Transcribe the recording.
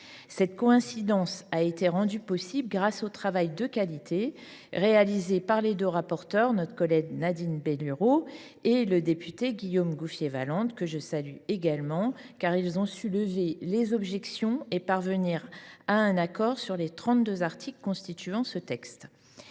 Cette coïncidence a été rendue possible grâce non seulement au travail de qualité réalisé par les deux rapporteurs, notre collègue Nadine Bellurot et le député Guillaume Gouffier Valente, que je salue également, lesquels ont su lever des objections et parvenir à un accord sur les trente deux articles constituant ce texte,